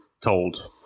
told